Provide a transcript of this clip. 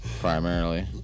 Primarily